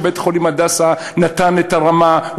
שבית-חולים "הדסה" נתן את הרמה,